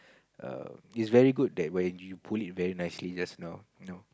err is very good that when you put it very nicely just now know